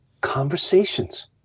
conversations